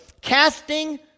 casting